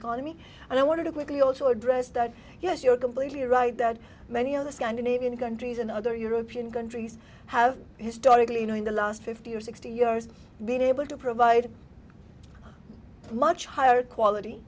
economy and i want to quickly also address that yes you're completely right that many of the scandinavian countries and other european countries have historically you know in the last fifty or sixty years been able to provide much higher quality